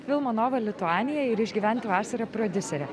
filmo nova lituanija ir išgyventi vasarą prodiusere